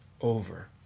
over